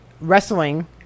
wrestling